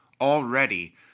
already